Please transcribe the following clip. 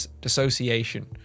dissociation